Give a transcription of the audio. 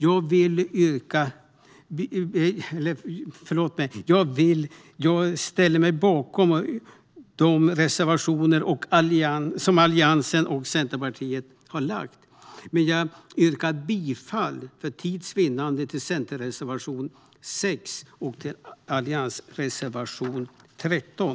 Jag ställer mig bakom Alliansens och Centerpartiets reservationer, men jag yrkar för tids vinnande bifall enbart till Centerns reservation nr 6 och Alliansens reservation nr 13.